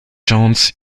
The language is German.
jones